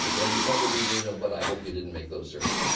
well you probably do know, but i hope you didn't make those searches.